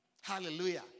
Hallelujah